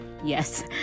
Yes